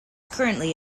currently